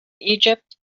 egypt